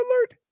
alert